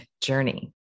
journey